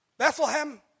Bethlehem